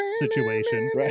situation